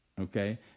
Okay